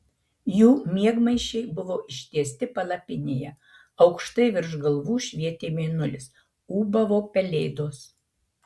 jų miegmaišiai buvo ištiesti palapinėje aukštai virš galvų švietė mėnulis ūbavo pelėdos